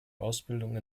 ausbildung